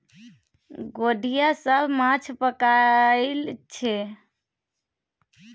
गोढ़िया सब माछ पकरई छै